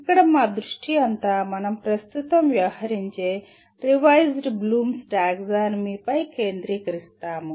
ఇక్కడ మా దృష్టి అంతా మనం ప్రస్తుతం వ్యవహరించే రివైజ్డ్ బ్లూమ్స్ టాక్సానమీపై కేంద్రీకరిస్తాము